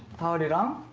poured it on